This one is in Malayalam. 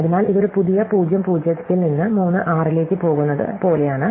അതിനാൽ ഇത് ഒരു പുതിയ 0 0 ൽ നിന്ന് 3 6 ലേക്ക് പോകുന്നത് പോലെയാണ്